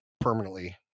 permanently